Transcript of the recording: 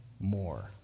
more